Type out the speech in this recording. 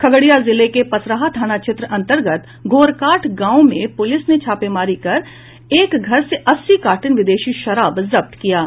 खगड़िया जिले के पसराहा थाना क्षेत्र अन्तर्गत घोरकाठ गांव में पूलिस ने छापेमारी कर एक घर से अस्सी कार्टन विदेशी शराब जब्त किया है